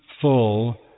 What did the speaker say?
full